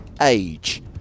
age